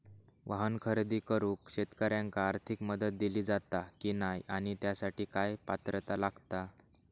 वाहन खरेदी करूक शेतकऱ्यांका आर्थिक मदत दिली जाता की नाय आणि त्यासाठी काय पात्रता लागता?